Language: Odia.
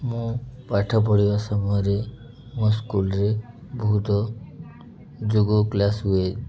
ମୁଁ ପାଠ ପଢ଼ିବା ସମୟରେ ମୋ ସ୍କୁଲରେ ବହୁତ ଯୋଗ କ୍ଲାସ୍ ହୁଏ